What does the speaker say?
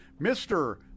Mr